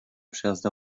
przejazdy